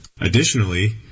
Additionally